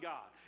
God